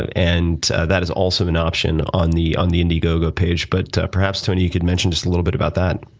and and that is also an option on the on the indiegogo page. but perhaps, tony, you could mention just a little bit about that.